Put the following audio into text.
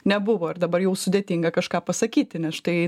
nebuvo ir dabar jau sudėtinga kažką pasakyti nes štai tai